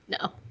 No